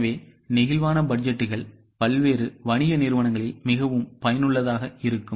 எனவே நெகிழ்வான பட்ஜெட்டுகள் பல்வேறு வணிக நிறுவனங்களில் மிகவும் பயனுள்ளதாக இருக்கும்